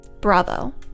Bravo